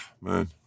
man